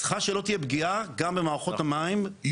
צריך שלא תהיה פגיעה גם במערכות המים --- בסדר,